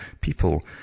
people